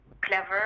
clever